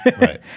Right